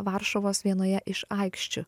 varšuvos vienoje iš aikščių